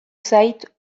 zait